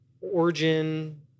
origin